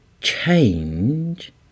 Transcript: change